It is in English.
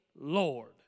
Lord